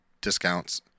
discounts